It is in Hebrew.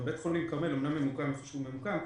הוא אומנם ממוקם היכן שהוא ממוקם,